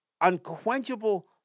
unquenchable